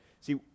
see